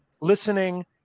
listening